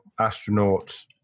astronauts